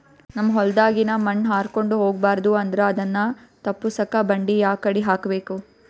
ನಮ್ ಹೊಲದಾಗಿನ ಮಣ್ ಹಾರ್ಕೊಂಡು ಹೋಗಬಾರದು ಅಂದ್ರ ಅದನ್ನ ತಪ್ಪುಸಕ್ಕ ಬಂಡಿ ಯಾಕಡಿ ಹಾಕಬೇಕು?